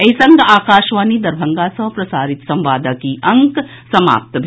एहि संग आकाशवाणी दरभंगा सँ प्रसारित संवादक ई अंक समाप्त भेल